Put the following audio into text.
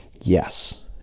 yes